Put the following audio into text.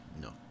No